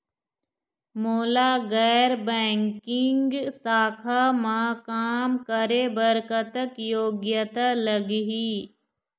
मोला गैर बैंकिंग शाखा मा काम करे बर कतक योग्यता लगही?